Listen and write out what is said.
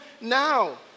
now